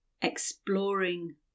exploring